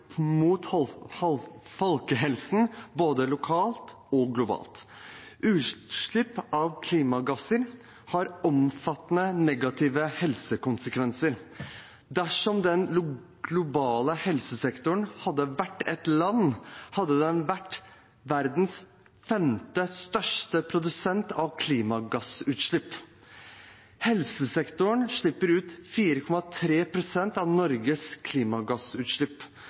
mot folkehelsen, både lokalt og globalt. Utslipp av klimagasser har omfattende negative helsekonsekvenser. Dersom den globale helsesektoren hadde vært et land, hadde det vært verdens femte største produsent av klimagassutslipp. Helsesektoren står for 4,3 pst. av Norges klimagassutslipp,